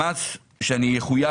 המס שאני אחויב,